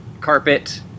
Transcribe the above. carpet